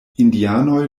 indianoj